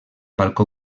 balcó